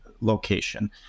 location